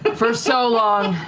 but for so long.